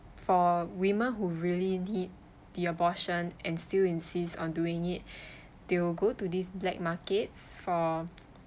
for women who really need the abortion and still insist on doing it they will go to this black markets for